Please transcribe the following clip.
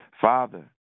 Father